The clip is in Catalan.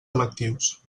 electius